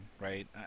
right